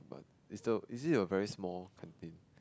is the is it a very small canteen